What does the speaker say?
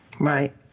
Right